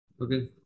okay